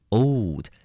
old